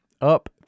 up